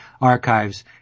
archives